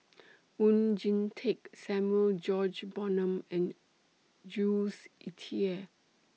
Oon Jin Teik Samuel George and Jules Itier